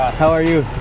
how are you?